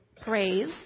praise